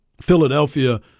Philadelphia